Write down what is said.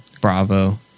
bravo